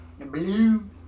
blue